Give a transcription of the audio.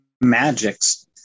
magics